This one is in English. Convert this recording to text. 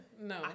No